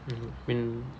mmhmm